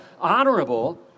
honorable